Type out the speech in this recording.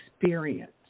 experience